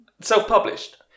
Self-published